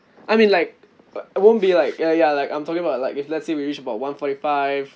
I mean like but I won't be like ya ya like I'm talking about like if let's say we reached about one forty five